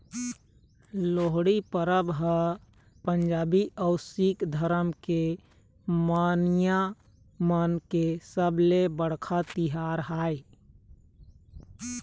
लोहड़ी परब ह पंजाबी अउ सिक्ख धरम के मनइया मन के सबले बड़का तिहार आय